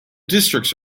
districts